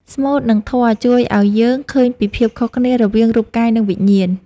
ស្មូត និងធម៌ជួយឱ្យយើងឃើញពីភាពខុសគ្នារវាងរូបកាយ និងវិញ្ញាណ។